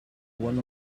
one